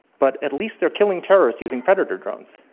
but at least they're killing terrorists using predator drones,